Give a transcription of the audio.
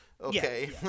Okay